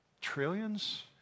trillions